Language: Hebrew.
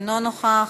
אינו נוכח,